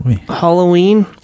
Halloween